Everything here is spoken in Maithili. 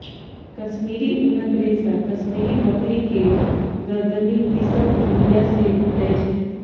कश्मीरी ऊनक रेशा कश्मीरी बकरी के गरदनि दिसक रुइयां से भेटै छै